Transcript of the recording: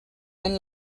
vent